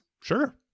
Sure